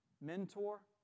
mentor